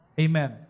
Amen